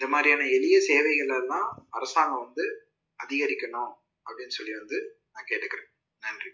இந்த மாதிரியான எளிய சேவைகள் எல்லாம் அரசாங்கம் வந்து அதிகரிக்கணும் அப்படின்னு சொல்லி வந்து நான் கேட்டுக்கிறேன் நன்றி